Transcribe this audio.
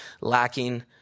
lacking